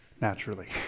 naturally